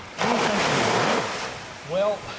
how many times have you been over there? well,